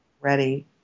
ready